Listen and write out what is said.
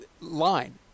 line